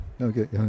Okay